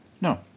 No